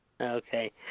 Okay